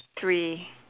three